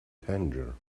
tangier